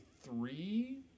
three